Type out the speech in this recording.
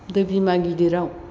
दै बिमा गिदिराव